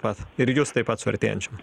pat ir jus taip pat su artėjančiom